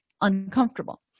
uncomfortable